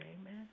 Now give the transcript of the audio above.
Amen